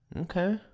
Okay